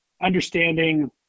understanding